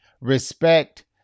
Respect